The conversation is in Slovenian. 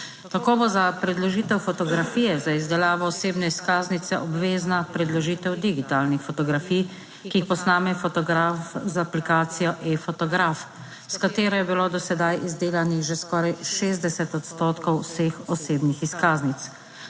Tako bo za predložitev fotografije za izdelavo osebne izkaznice obvezna predložitev digitalnih fotografij, ki jih posname fotograf z aplikacijo eFotograf, s katero je bilo do sedaj izdelanih že skoraj 60 odstotkov vseh osebnih izkaznic.